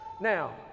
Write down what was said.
Now